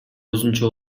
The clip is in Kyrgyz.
өзүнчө